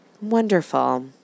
Wonderful